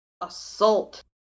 assault